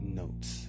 notes